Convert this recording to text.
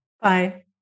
Bye